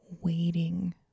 waiting